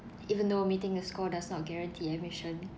even though meeting a score does not guarantee admission